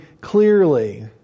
clearly